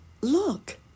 Look